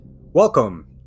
Welcome